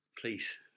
please